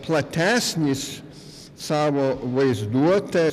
platesnis savo vaizduote